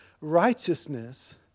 righteousness